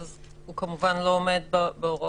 הוא כמובן לא עומד בהוראות.